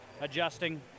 adjusting